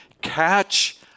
catch